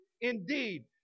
indeed